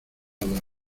dar